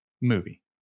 movie